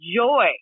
joy